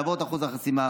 לעבור את אחוז החסימה,